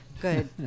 good